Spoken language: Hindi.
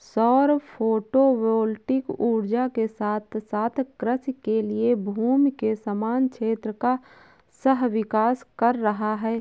सौर फोटोवोल्टिक ऊर्जा के साथ साथ कृषि के लिए भूमि के समान क्षेत्र का सह विकास कर रहा है